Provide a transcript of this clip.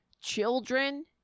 children